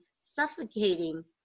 suffocating